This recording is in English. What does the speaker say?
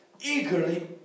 Eagerly